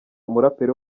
umuraperi